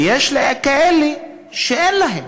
ויש כאלה שאין להם.